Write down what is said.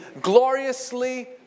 gloriously